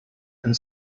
and